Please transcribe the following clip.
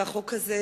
והחוק הזה,